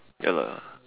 ya lah